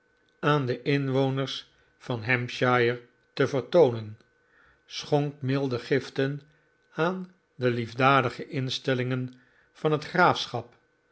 aan de inwoners van hampshire te vertoonen schonk milde giften aan de liefdadige instellingen van het graafschap